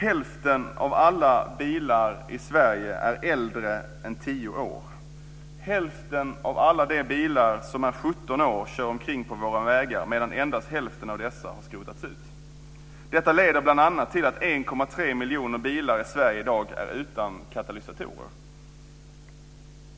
Hälften av alla bilar i Sverige är äldre än tio år. Hälften av alla de bilar som är 17 år kör omkring på våra vägar, medan endast hälften av dessa har skrotats. Detta leder bl.a. till att 1,3 miljoner bilar i Sverige i dag är utan katalysator.